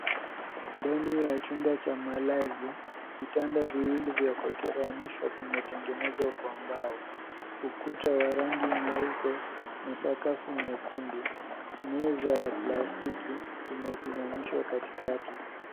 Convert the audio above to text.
Ndani ya chumba cha malazi, vitanda viwili vya kuwekeleanishwa vimetengenezwa kwa mbao. Ukuta wa rangi nyeupe, na sakafu nyekundu. Meza ya plastiki, imesimamishwa katikati.